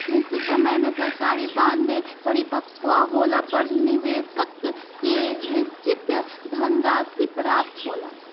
निशचित समय में सरकारी बॉन्ड परिपक्व होला पर निबेसक के निसचित धनराशि प्राप्त होला